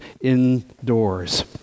indoors